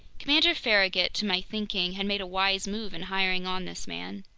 commander farragut, to my thinking, had made a wise move in hiring on this man.